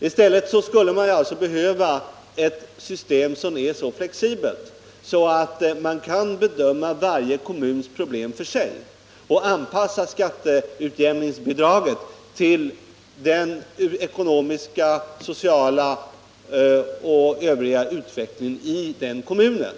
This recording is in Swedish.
I stället för nuvarande system skulle man behöva ett system som är så flexibelt att man kan bedöma varje kommuns problem för sig och anpassa skatteutjämningsbidraget till den ekonomiska, sociala och övriga utvecklingen iden kommunen.